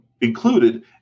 included